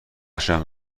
شوند